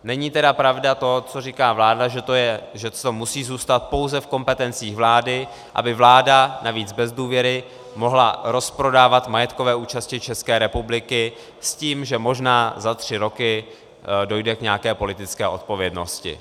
Není tedy pravda to, co říká vláda, že to musí zůstat pouze v kompetencích vlády, aby vláda, navíc bez důvěry, mohla rozprodávat majetkové účasti České republiky s tím, že možná za tři roky dojde k nějaké politické odpovědnosti.